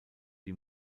die